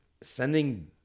sending